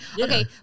Okay